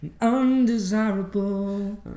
Undesirable